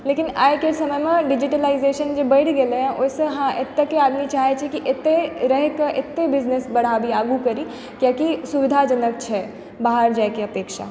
लेकिन आइ के समयमे डिजिटलाइजेशन जे बढि गेलै हँ ओहिसॅं एतऽ के आदमी चाहै छै कि एतै रहि कऽ एतै बिजनेस बढाबी आगू करी कियाकि सुविधाजनक छै बाहर जाय के अपेक्षा